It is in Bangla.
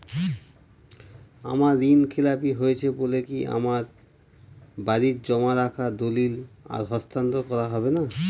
আমার ঋণ খেলাপি হয়েছে বলে কি আমার বাড়ির জমা রাখা দলিল আর হস্তান্তর করা হবে না?